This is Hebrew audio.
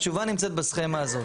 התשובה נמצאת בסכמה הזאת.